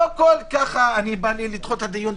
לא אוטומטית.